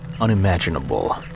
unimaginable